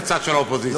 בצד של האופוזיציה.